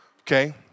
okay